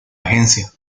agencia